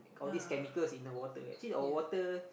all these chemicals in the water actually our water